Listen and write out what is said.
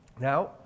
Now